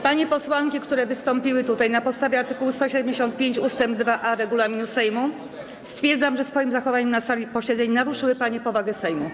Panie posłanki, które tutaj wystąpiły: Na podstawie art. 175 ust. 2a regulaminu Sejmu stwierdzam, że swoim zachowaniem na sali posiedzeń naruszyły panie powagę Sejmu.